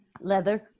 leather